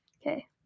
Okay